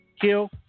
Kill